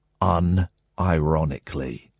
unironically